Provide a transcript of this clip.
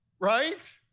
right